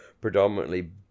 predominantly